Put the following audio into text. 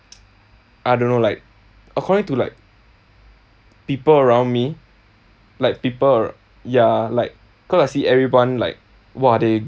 I don't know like according to like people around me like people ar~ ya like cause I see everyone like !wah! they